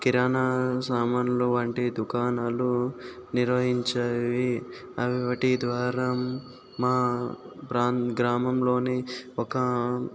కిరాణా సామాన్లు వంటి దుకాణాలు నిర్వహించేవి వాటి ద్వారా మా ప్రాం గ్రామంలో ఒక